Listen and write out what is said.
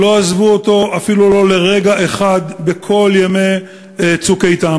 שלא עזבו אותו אפילו לא לרגע אחד בכל ימי "צוק איתן",